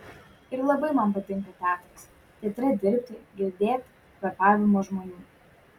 ir labai man patinka teatras teatre dirbti girdėt kvėpavimą žmonių